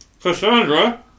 Cassandra